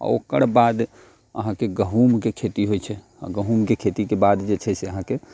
आ ओकर बाद अहाँकेँ गहुँमके खेती होयत छै आ गहुँमके खेतीके बाद जे छै से अहाँकेँ